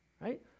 right